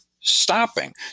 stopping